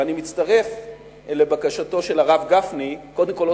ואני מצטרף לבקשתו של הרב גפני קודם כול,